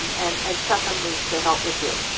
and and set them loose to help with you.